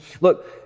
Look